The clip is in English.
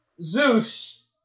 Zeus